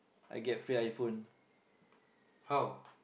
how